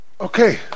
Okay